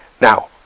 Now